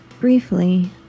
Briefly